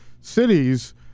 cities